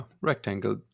rectangle